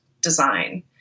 design